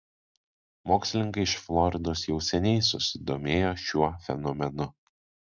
mokslininkai iš floridos jau seniai susidomėjo šiuo fenomenu